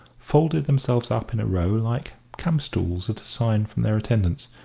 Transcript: folded themselves up in a row like campstools at a sign from their attendants,